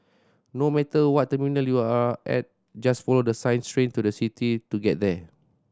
no matter what terminal you are at just follow the signs Train to the City to get there